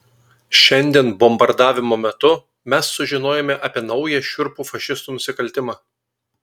šiandien bombardavimo metu mes sužinojome apie naują šiurpų fašistų nusikaltimą